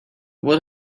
what